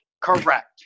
correct